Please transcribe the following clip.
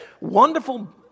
wonderful